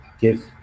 give